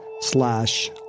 slash